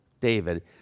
David